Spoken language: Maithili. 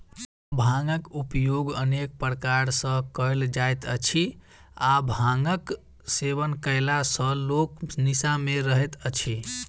भांगक उपयोग अनेक प्रकार सॅ कयल जाइत अछि आ भांगक सेवन कयला सॅ लोक निसा मे रहैत अछि